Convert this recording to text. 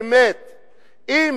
הייחוד שלנו,